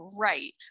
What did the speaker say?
Right